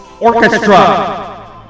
Orchestra